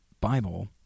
Bible